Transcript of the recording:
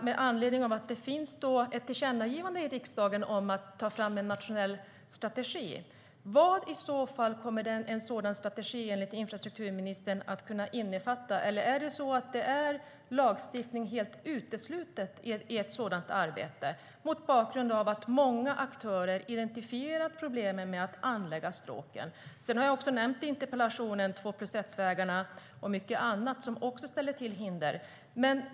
Med anledning av att det finns ett tillkännagivande från riksdagen om att ta fram en nationell strategi vill jag fråga infrastrukturministern: Vad kommer en sådan strategi att innefatta? Är lagstiftning helt uteslutet i ett sådant arbete, mot bakgrund av att många aktörer har identifierat problemen med att anlägga stråken? I interpellationen har jag också nämnt två-plus-ett-vägarna och mycket annat som ställer till hinder.